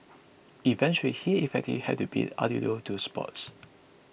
eventually he effectively had to bid adieu to sports